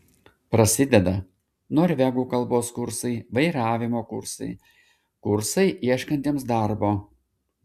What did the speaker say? prasideda norvegų kalbos kursai vairavimo kursai kursai ieškantiems darbo